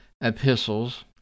epistles